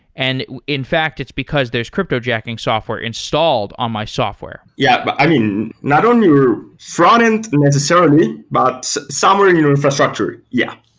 and in fact it's because there's cryptojacking software installed on my software. yeah but i mean, not only your front end necessarily, but somewhere in your infrastructure, yeah.